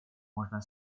можно